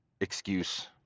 excuse